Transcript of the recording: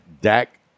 Dak